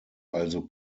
also